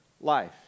life